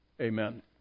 amen